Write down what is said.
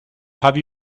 have